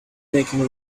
making